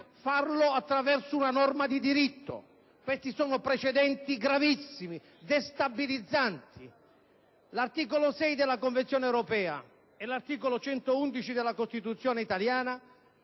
farlo attraverso una norma di diritto. Questi sono precedenti gravissimi, destabilizzanti. L'articolo 6 della Convenzione europea e l'articolo 111 della Costituzione italiana